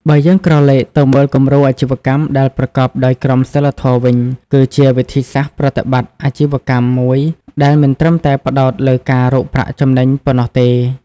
បើយើងក្រឡេកទៅមើលគំរូអាជីវកម្មដែលប្រកបដោយក្រមសីលធម៌វិញ គឺជាវិធីសាស្រ្តប្រតិបត្តិអាជីវកម្មមួយដែលមិនត្រឹមតែផ្តោតលើការរកប្រាក់ចំណេញប៉ុណ្ណោះទេ ។